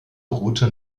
route